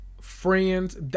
friends